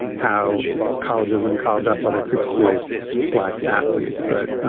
how colleges and college athletics exploits black athletes that,